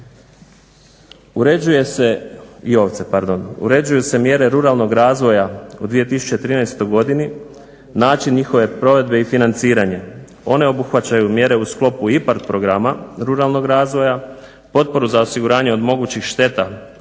Uređuju se mjere ruralnog razvoja u 2013. godini, način njihove provedbe i financiranje. One obuhvaćaju mjere u sklopu IPARD programa ruralnog razvoja, potporu za osiguranje od mogućih šteta